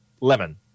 lemon